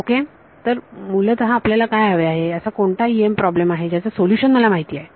okay तर मूलतः आपल्याला काय हवे आहे असा कोणता EM प्रॉब्लेमआहे ज्याचे सोल्युशन मला माहित आहे